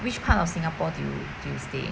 which part of Singapore do you do you stay